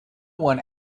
one